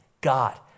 God